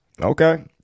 Okay